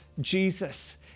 Jesus